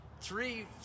three